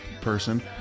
person